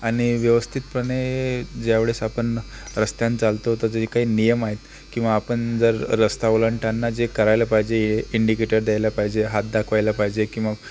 आणि व्यवस्थितपणे ज्यावेळेस आपण रस्त्यानं चालतो तर जे काही नियम आहेत किंवा आपण जर रस्ता ओलांडताना जे करायला पाहिजे इंडिकेटर द्यायला पाहिजे हात दाखवायला पाहिजे किंवा